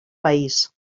país